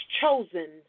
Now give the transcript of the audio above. chosen